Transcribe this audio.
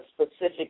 specific